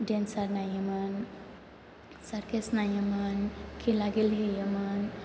dancer नायोमोन सारकेस नायोमोन खेला गेले हैयोमोन